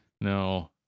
No